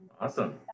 Awesome